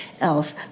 else